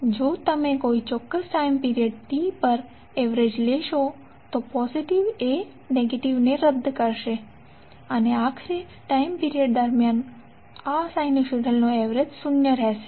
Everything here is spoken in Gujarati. તો જો તમે કોઈ ચોક્કસ ટાઇમ પીરીયડ T પર એવરેજ લેશો તો પોઝીટીવ એ નેગેટિવ ને રદ કરશે તો આખરે ટાઇમ પીરીયડ દરમિયાન આ સાઇનુસોઇડનું એવરેજ શૂન્ય થશે